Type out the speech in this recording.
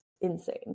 insane